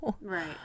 Right